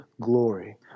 glory